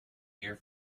here